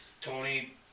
Tony